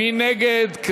מי נגד?